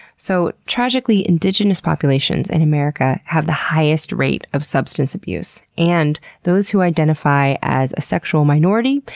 so tragically, indigenous populations in america have the highest rate of substance abuse and those who identify as a sexual minority,